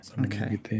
Okay